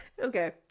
okay